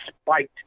spiked